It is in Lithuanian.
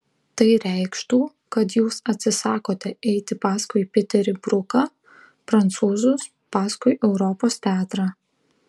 tai reikštų kad jūs atsisakote eiti paskui piterį bruką prancūzus paskui europos teatrą